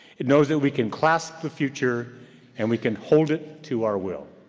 it knows that we can clasp the future and we can hold it to our will.